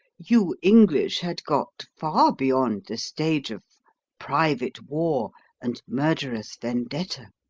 you english had got far beyond the stage of private war and murderous vendetta.